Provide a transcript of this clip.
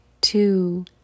two